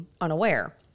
unaware